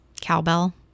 Cowbell